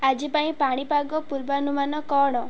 ଆଜି ପାଇଁ ପାଣିପାଗ ପୂର୍ବାନୁମାନ କ'ଣ